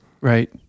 Right